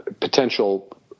potential